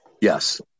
Yes